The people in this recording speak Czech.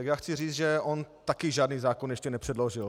Já chci říct, že on také žádný zákon ještě nepředložil.